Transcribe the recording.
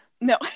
no